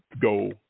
go